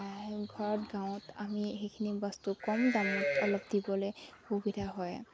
ঘৰত গাঁৱত আমি সেইখিনি বস্তু কম দামত অলপ দিবলৈ সুবিধা হয়